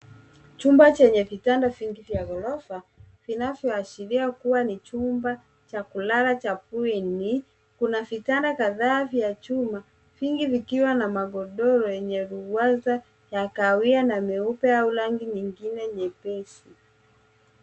Chumba chenye vitanda vingi vya ghorofa, vinavyoashiria kuwa ni chumba cha kulala cha bweni. Kuna vitanda kadhaa vya chuma, vingi vikiwa na magodoro yenye ruwaza ya kahawia na meupe au rangi nyingine nyepesi.